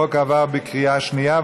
הצעת החוק עברה בקריאה שנייה.